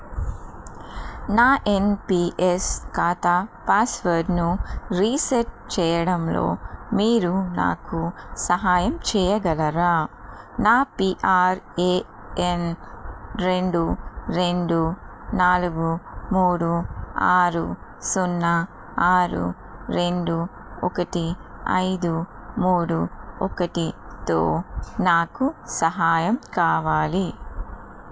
నా ఎన్పిఎస్ ఖాతా పాస్వర్డ్ను రీసెట్ చేయడంలో మీరు నాకు సహాయం చెయ్యగలరా నా పీఆర్ఏఎన్ రెండు రెండు నాలుగు మూడు ఆరు సున్నా ఆరు రెండు ఒకటి ఐదు మూడు ఒకటితో నాకు సహాయం కావాలి